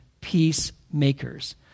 peacemakers